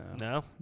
No